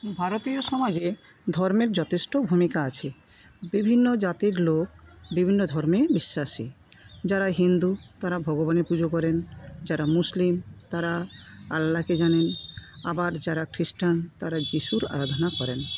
ভারতীয় সমাজে ধর্মের যথেষ্ট ভূমিকা আছে বিভিন্ন জাতির লোক বিভিন্ন ধর্মে বিশ্বাসী যারা হিন্দু তারা ভগবানের পুজো করেন যারা মুসলিম তারা আল্লাহকে জানেন আবার যারা খ্রিস্টান তারা যীশুর আরাধনা করেন